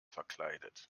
verkleidet